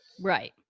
Right